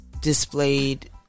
displayed